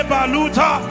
Baluta